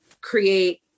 create